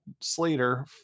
slater